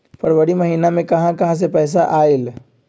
फरवरी महिना मे कहा कहा से पैसा आएल?